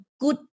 good